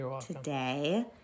today